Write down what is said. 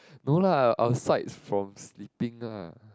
no lah asides from sleeping lah